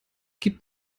gib